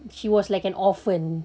she was like an orphan